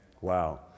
Wow